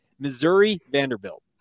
Missouri-Vanderbilt